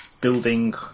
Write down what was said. building